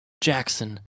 Jackson